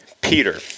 Peter